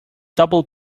double